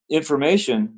information